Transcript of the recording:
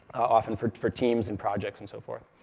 often for for teams and projects and so forth.